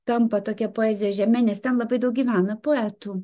tampa tokia poezijos žeme nes ten labai daug gyvena poetų